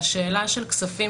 והשאלה של כספים